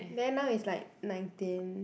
then now is like nineteen